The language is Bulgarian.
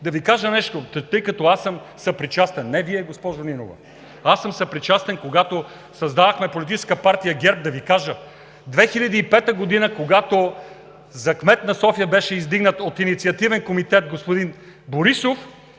субсидии, тъй като аз съм съпричастен – не Вие, госпожо Нинова, аз съм съпричастен. Когато създавахме Политическа партия ГЕРБ, да Ви кажа – 2005 г., когато за кмет на София беше издигнат от Инициативен комитет господин Борисов,